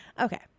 okay